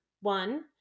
One